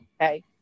Okay